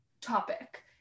topic